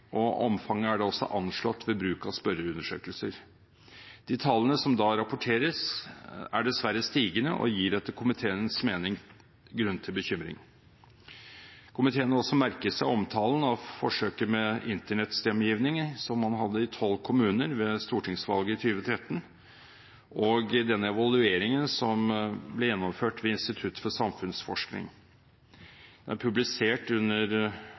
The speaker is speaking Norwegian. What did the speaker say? og omfanget er da også anslått ved bruk av spørreundersøkelser. De tallene som da rapporteres, er dessverre stigende og gir etter komiteens mening grunn til bekymring. Komiteen har også merket seg omtalen av forsøket med internettstemmegivning, som man hadde i 12 kommuner ved stortingsvalget i 2013. Den evalueringen som ble gjennomført ved Institutt for samfunnsforskning, er publisert under